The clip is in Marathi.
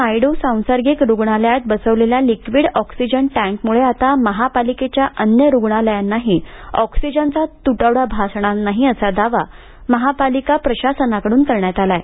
नायड्र सांसर्गिक रुग्णालयात बसवलेल्या लिक्विड ऑक्सिजन टॅंकमुळे आता महापालिकेच्या अन्य रुग्णालयांनाही ऑक्सिजनचा तुटवडा भासणार नाही असा दावा महापालिका प्रशासनाकडून करण्यात आला आहे